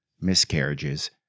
miscarriages